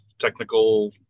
technical